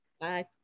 Bye